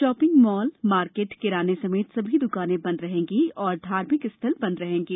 shopping mall market किराने समेत सभी दुकानें बंद रहेंगी और धार्मिक स्थल बंद रहेंगे